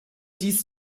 dies